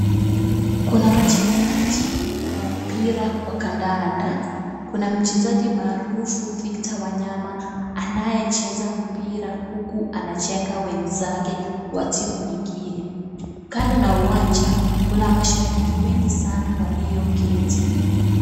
Kuna wachezaji wa mpira wa kandanda. Kuna mchezaji maarufu Victor Wanyama anayecheza mpira huku anachenga wenzake wa timu ingine. Kando na uwanja, kuna mashabiki wengi sana walioketi.